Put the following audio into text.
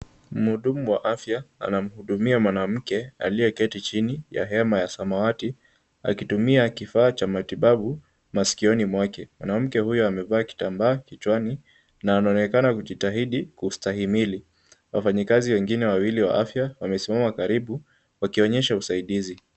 Mhudumu wa afya anamhudumia mwanamke aliyeketi chini ya hema ya samawati, akitumia kifaa cha matibabu maskioni mwake. Mwanamke huyo amevaa kitambaa kichwani na anaonekana kujitahidi kustahimili, wafanyikazi wengine wawili wa afya wamesimama karibu wakionyesha usaidizi.